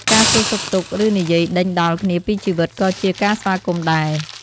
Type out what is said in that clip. ការសួរសុខទុក្ខ ឬនិយាយដេញដោលគ្នាពីជីវិតក៏ជា ការស្វាគមន៍ដែរ។